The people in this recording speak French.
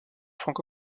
franco